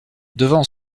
devant